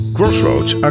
Crossroads